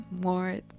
more